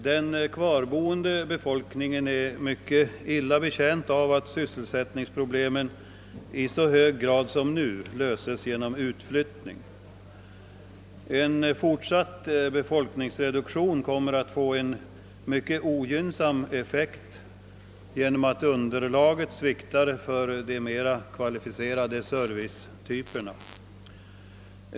Den kvarboende befolkningen är mycket illa betjänt av att sysselsättningsproblemen i så hög grad som nu löses genom utflyttning. En fortsatt befolkningsreduktion kommer att få en mycket ogynnsam effekt genom att underlaget sviktar för de mera kvalificerade servicearbetena.